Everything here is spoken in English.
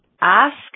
ask